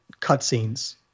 cutscenes